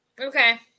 Okay